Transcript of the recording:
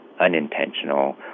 unintentional